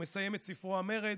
את ספרו "המרד".